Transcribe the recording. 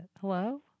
Hello